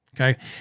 Okay